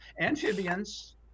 amphibians